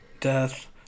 death